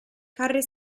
carri